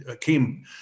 came